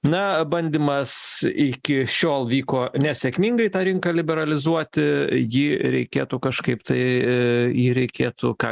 na bandymas iki šiol vyko nesėkmingai tą rinką liberalizuoti jį reikėtų kažkaip tai jį reikėtų ką